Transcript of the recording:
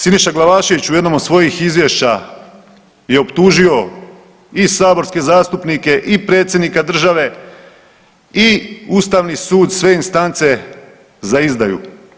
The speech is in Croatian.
Siniša Glavašević u jednom od svojih izvješća je optužio i saborske zastupnike i predsjednika države i ustavni sud, sve instance za izdaju.